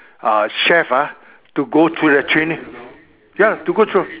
uh chef ah to go through the training ya to go through